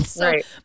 Right